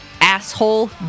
asshole